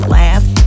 laugh